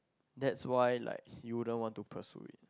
that's why like you wouldn't want to pursue it